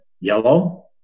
yellow